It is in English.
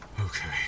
Okay